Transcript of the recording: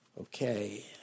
Okay